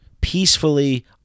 peacefully